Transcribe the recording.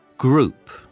Group